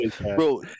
Bro